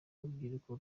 urubyiruko